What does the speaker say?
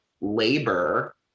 labor